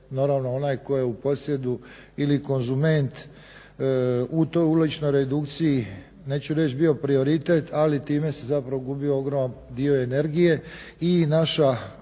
onaj tko je u posjedu ili konzument u toj uličnoj redukciji neću reći bio prioritet ali time se zapravo gubi ogroman dio energije. I naš